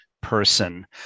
person